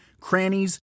crannies